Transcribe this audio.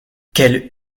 quel